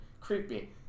creepy